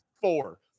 Four